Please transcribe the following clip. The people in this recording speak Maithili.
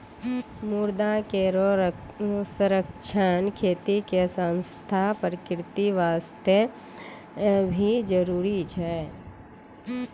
मृदा केरो संरक्षण खेती के साथें प्रकृति वास्ते भी जरूरी छै